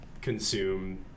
consume